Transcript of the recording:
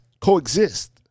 coexist